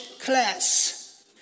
class